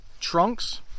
trunks